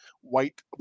white